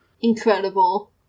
Incredible